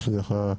מה שנקרא,